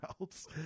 else